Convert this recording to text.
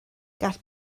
gall